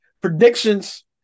Predictions